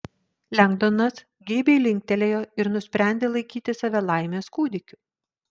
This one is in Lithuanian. lengdonas geibiai linktelėjo ir nusprendė laikyti save laimės kūdikiu